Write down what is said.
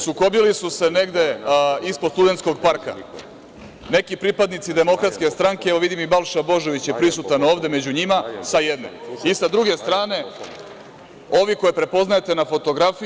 Sukobili su se negde ispod Studentskog parka neki pripadnici Demokratske stranke, evo, vidim i Balša Božović je prisutan ovde među njima, sa jedne i sa druge strane ovi koje prepoznajete na fotografiji.